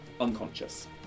unconscious